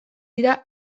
dira